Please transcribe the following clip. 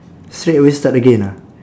straight away start again ah